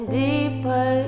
deeper